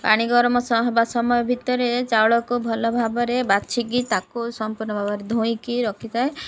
ପାଣି ଗରମ ହେବା ସମୟ ଭିତରେ ଚାଉଳକୁ ଭଲ ଭାବରେ ବାଛିକି ତାକୁ ସମ୍ପୂର୍ଣ୍ଣ ଭାବରେ ଧୋଇକି ରଖିଥାଏ